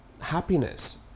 happiness